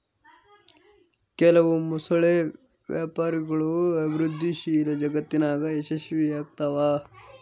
ಕೆಲವು ಮೊಸಳೆ ವ್ಯಾಪಾರಗಳು ಅಭಿವೃದ್ಧಿಶೀಲ ಜಗತ್ತಿನಾಗ ಯಶಸ್ವಿಯಾಗ್ತವ